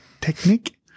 technique